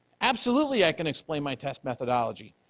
absolutely, i can explain my test methodology.